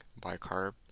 bicarb